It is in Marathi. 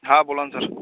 हां बोला ना सर